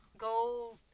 Go